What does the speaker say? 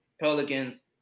Pelicans